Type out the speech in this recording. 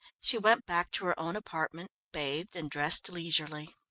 she went back to her own apartment, bathed and dressed leisurely.